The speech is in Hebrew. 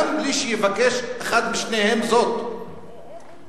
גם בלי שיבקש אחד משניהם זאת,